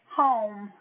home